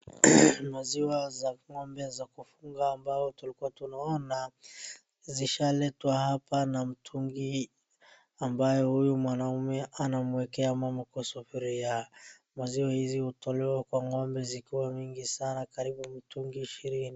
Maziwa za ng'ombe za kufuga ambao tulikuwa tunaona zishaletwa hapa na mtungi ambayo huyu mwanaume anamwekea mama kwa sufuria. Maziwa hizi hutolewa kwa ng'ombe zikiwa mingi sana karibu mitungi ishirini.